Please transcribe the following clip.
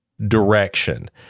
direction